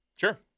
Sure